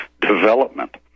development